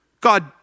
God